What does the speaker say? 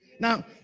Now